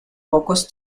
pocos